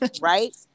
right